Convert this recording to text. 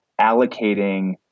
allocating